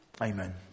amen